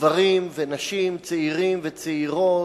גברים ונשים, צעירים וצעירות,